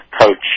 coach